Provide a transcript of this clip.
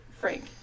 Frank